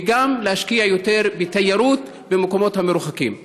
וגם להשקיע יותר בתיירות במקומות המרוחקים.